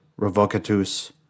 Revocatus